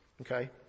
Okay